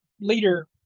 leader